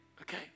Okay